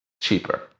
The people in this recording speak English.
cheaper